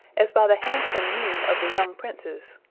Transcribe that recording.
as by the handsome mien of the young princes.